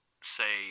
say